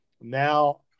now